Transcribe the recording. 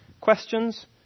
questions